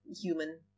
human